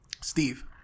Steve